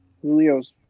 Julio's